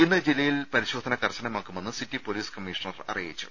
ഇന്ന് ജില്ലയിൽ പരിശോധന കർശനമാക്കുമെന്ന് സിറ്റി പൊലീസ് കമ്മീഷണർ അറിയിച്ചു